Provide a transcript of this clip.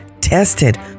tested